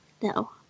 No